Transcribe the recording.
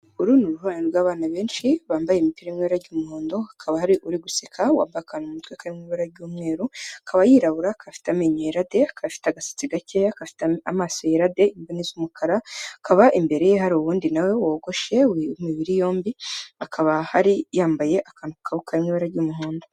Uru ni uruhurirane rw'abana benshi bambaye imipira irimo ibara ry'umuhondo hakaba hari uri guseka wambaye akantu mu mutwe karimo ibara ry'umweru akaba yirabura akaba afite amenyo year de akaba afite agasetsi gakeya , akaba afite amaso yera n'imboni z'umukara akaba imbere ye hari ubundi nawe wogoshe w'imibiri yombi akaba hari yambaye akantu karimo ibara ry'umuhondo.